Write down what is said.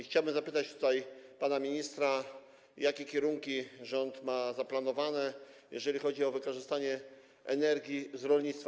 Chciałbym zapytać pana ministra, jakie kierunki rząd ma zaplanowane, jeżeli chodzi o wykorzystanie energii z rolnictwa.